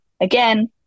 Again